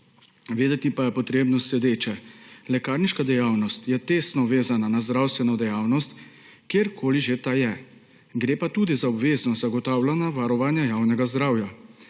Vedeti pa je potrebno sledeče. Lekarniška dejavnost je tesno vezana na zdravstveno dejavnost kjerkoli že ta je. Gre pa tudi za obvezno zagotavljanja varovanja javnega zdravja.